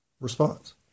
response